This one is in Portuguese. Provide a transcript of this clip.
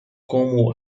como